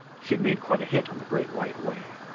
she'd made quite a hit on the great white way.